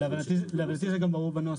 להבנתי זה גם ברור מהנוסח.